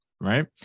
right